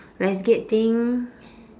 westgate thing